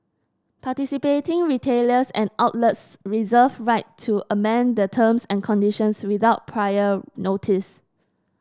participating retailers and outlets reserve right to amend the terms and conditions without prior notice